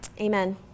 amen